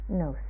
no